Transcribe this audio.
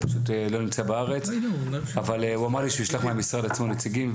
הוא פשוט לא נמצא בארץ אבל הוא אמר לי שהוא ישלח מהמשרד עצמו נציגים,